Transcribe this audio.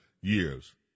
years